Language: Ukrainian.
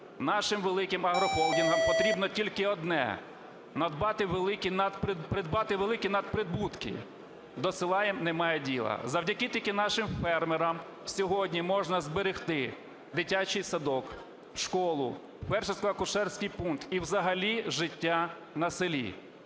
Нашим великим агрохолдингам потрібно тільки одне – придбати великі надприбутки. До села їм немає діла. Завдяки тільки нашим фермерам сьогодні можна зберегти дитячий садок, школу, фельдшерсько-акушерський пункт і взагалі життя на селі.